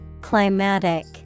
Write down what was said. Climatic